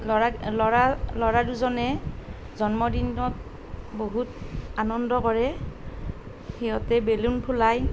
ল'ৰা ল'ৰা ল'ৰা দুজনে জন্মদিনত বহুত আনন্দ কৰে সিহঁতে বেলুন ফুলায়